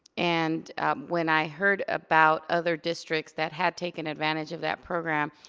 and when i heard about other districts that had taken advantage of that program,